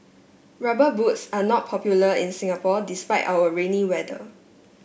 rubber boots are not popular in Singapore despite our rainy weather